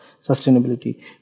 sustainability